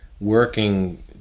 working